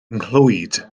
nghlwyd